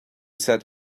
set